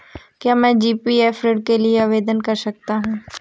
क्या मैं जी.पी.एफ ऋण के लिए आवेदन कर सकता हूँ?